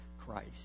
Christ